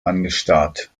angestarrt